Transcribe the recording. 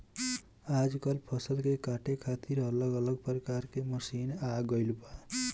आजकल फसल के काटे खातिर अलग अलग प्रकार के मशीन आ गईल बा